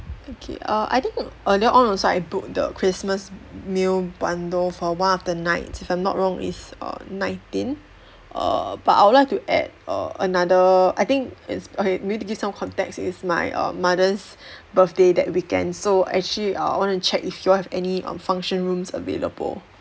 okay err I think earlier on also I booked the christmas meal bundle for one of the night if I'm not wrong is err nineteen err but I would like to add err another I think is okay maybe to give some context is my uh mother's birthday that weekend so actually err I want to check if you all have any um function rooms available